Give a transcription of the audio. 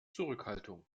zurückhaltung